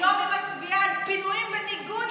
היום היא מצביעה על פינויים בניגוד